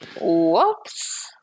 Whoops